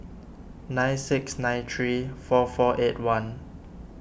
nine six nine three four four eight one